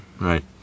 right